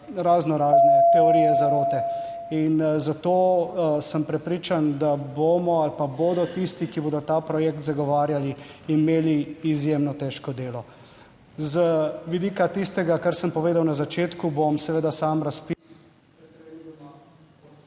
razno razne teorije zarote in zato sem prepričan, da bomo ali pa bodo tisti, ki bodo ta projekt zagovarjali, imeli izjemno težko delo. Z vidika tistega, kar sem povedal na začetku, bom seveda sam razpis